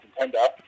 contender